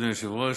אדוני היושב-ראש,